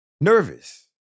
nervous